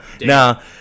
Now